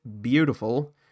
Beautiful